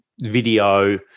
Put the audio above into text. video